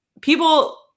people